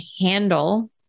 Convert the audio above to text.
handle